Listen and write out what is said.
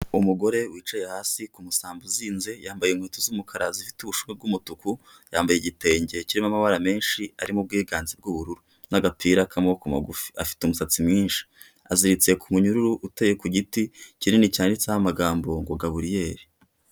Umugore wicaye hasi ku musambai uzinze yambaye inkweto z'umukara zifite ubusho bw'umutuku, yambaye igitenge kirimo amabara menshi arimo bwiganze bw'ubururu, n'agapira k'amaboko magufi afite umusatsi mwinshi, aziritse ku munyururu uteyeye ku giti kinini cyanditseho amagambo ngo Gaburiyeri.